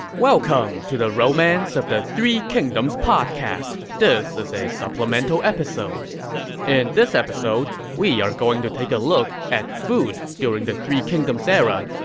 welcome to the romance of the three kingdoms podcast. this is a supplemental episode in this episode, we're going to take a look at food during the three kingdoms era.